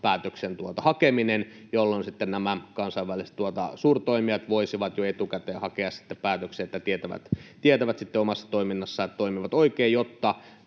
ennakkopäätöksen hakeminen, jolloin sitten nämä kansainväliset suurtoimijat voisivat jo etukäteen hakea päätöksen, että tietävät sitten omassa toiminnassaan, että toimivat oikein, jotta